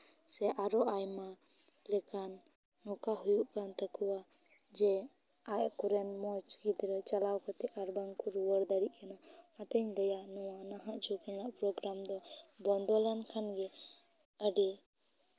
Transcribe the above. ᱥᱮ ᱟᱨᱚ ᱟᱭᱢᱟ ᱞᱮᱠᱟᱱ ᱱᱚᱝᱠᱟ ᱦᱩᱭᱩᱜ ᱠᱟᱱ ᱛᱟᱠᱚᱣᱟ ᱡᱮ ᱟᱠᱚᱨᱮᱱ ᱢᱚᱡᱽ ᱜᱤᱫᱽᱨᱟᱹ ᱪᱟᱞᱟᱣ ᱠᱟᱛᱮ ᱟᱨ ᱵᱟᱝ ᱠᱚ ᱨᱩᱣᱟᱹᱲ ᱫᱟᱲᱮᱜ ᱠᱟᱱᱟ ᱚᱱᱟᱛᱤᱧ ᱞᱟᱹᱭᱟ ᱱᱚᱣᱟ ᱱᱟᱦᱟᱜ ᱡᱩᱜᱽ ᱨᱮᱱᱟᱜ ᱯᱨᱳᱜᱨᱟᱢ ᱫᱚ ᱵᱚᱱᱫᱚ ᱞᱮᱱᱠᱷᱟᱱ ᱜᱮ ᱟᱹᱰᱤ